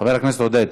חבר הכנסת עודד,